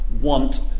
want